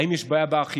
האם יש בעיה באכיפה?